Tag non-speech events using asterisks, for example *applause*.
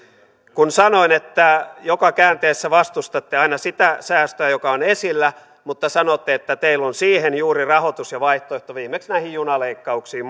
kun sanoin että joka käänteessä vastustatte aina sitä säästöä joka on esillä mutta sanotte että teillä on juuri siihen rahoitus ja vaihtoehto viimeksi näihin junaleikkauksiin *unintelligible*